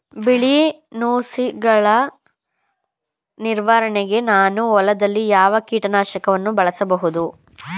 ಬಿಳಿ ನುಸಿಗಳ ನಿವಾರಣೆಗೆ ನಾನು ಹೊಲದಲ್ಲಿ ಯಾವ ಕೀಟ ನಾಶಕವನ್ನು ಬಳಸಬಹುದು?